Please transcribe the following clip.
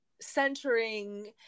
centering